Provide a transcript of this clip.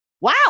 wow